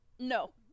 No